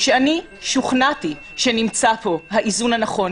שאני שוכנעתי שנמצא פה האיזון הנכון,